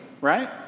right